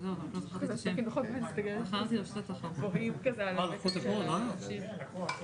השאלה אם הנושא הזה באמת מוסדר בתקן הכשרות או בתכנית ההשגחה